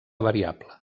variable